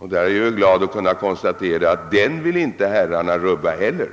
Jag är glad att kunna konstatera att inte heller de herrar